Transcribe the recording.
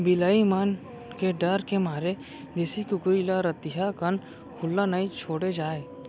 बिलाई मन के डर के मारे देसी कुकरी ल रतिहा कन खुल्ला नइ छोड़े जाए